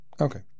Okay